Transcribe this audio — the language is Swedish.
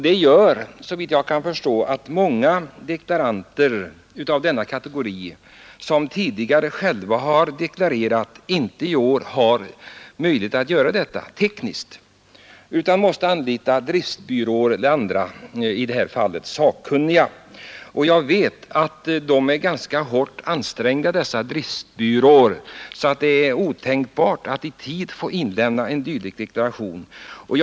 Det gör såvitt jag kan förstå att många deklaranter av här ifrågavarande kategori, som tidigare själva har satt upp sin deklaration, i år har större svårigheter med detta och måste anlita driftsbyråer eller andra sakkunniga. Jag vet att driftsbyråerna är ganska hårt ansträngda och att det är otänkbart för många att i tid få hjälp med deklarationens upprättande.